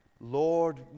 Lord